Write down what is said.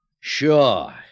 Sure